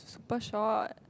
super short